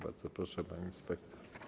Bardzo proszę, pani inspektor.